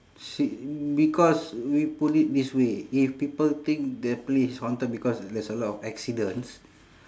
s~ because we put it this way if people think the place is haunted because there's a lot of accidents